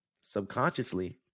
subconsciously